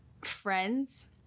friends